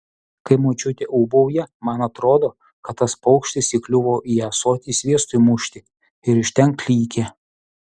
kai močiutė ūbauja man atrodo kad tas paukštis įkliuvo į ąsotį sviestui mušti ir iš ten klykia